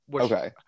Okay